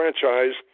franchise